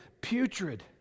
putrid